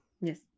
Yes